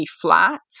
flat